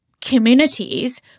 communities